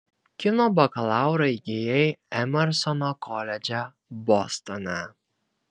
kino bakalaurą įgijai emersono koledže bostone